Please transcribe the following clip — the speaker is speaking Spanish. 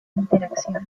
interacciones